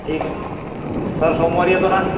ठीक आहे सर सोमवारी येतो ना